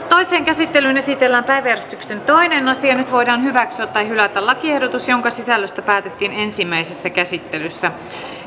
toiseen käsittelyyn esitellään päiväjärjestyksen toinen asia nyt voidaan hyväksyä tai hylätä lakiehdotus jonka sisällöstä päätettiin ensimmäisessä käsittelyssä